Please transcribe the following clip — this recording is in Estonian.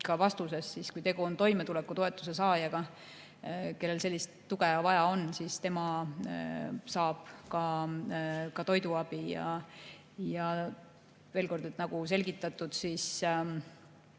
ka vastuses, kui tegu on toimetulekutoetuse saajaga, kellel sellist tuge vaja on, siis tema saab ka toiduabi. Ja veel kord, nagu selgitatud, siis